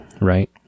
right